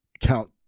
count